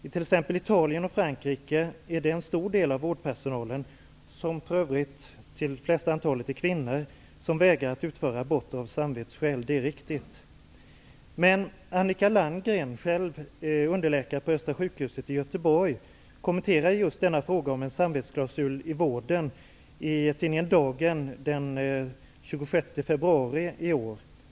I t.ex. Italien och Frankrike är det en stor del av vårdpersonalen, som för övrigt till största delen är kvinnor, som vägrar att utföra aborter av samvetsskäl. Det är riktigt. Annika Landgren, själv underläkare på Östra sjukhuset i Göteborg kommenterar just denna fråga om en samvetsklausul i vården i tidningen Dagen den 26 februari i år.